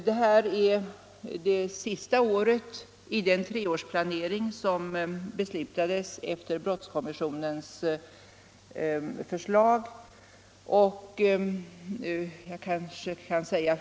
Det här är det sista året i den treårsplanering som beslutades efter brottskommissionens förslag.